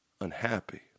unhappy